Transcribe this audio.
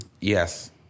Yes